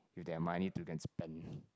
if they have money to spend